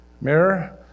mirror